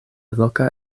loka